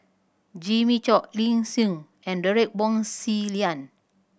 Jimmy Chok Lee Tjin and Derek Wong Zi Liang